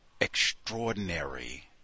extraordinary